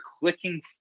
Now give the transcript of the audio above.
clicking